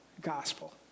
gospel